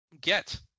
Get